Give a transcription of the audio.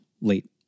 late